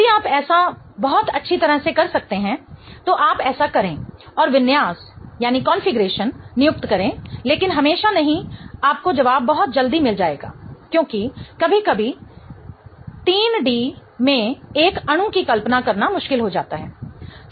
यदि आप ऐसा बहुत अच्छी तरह से कर सकते हैं तो आप ऐसा करें और विन्यास कॉन्फ़िगरेशन नियुक्त करें लेकिन हमेशा नहीं आपको जवाब बहुत जल्दी मिल जाएगा क्योंकि कभी कभी 3D में एक अणु की कल्पना करना मुश्किल हो जाता है